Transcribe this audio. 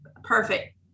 perfect